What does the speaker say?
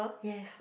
yes